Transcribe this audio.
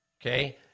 okay